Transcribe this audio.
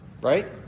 right